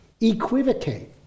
equivocate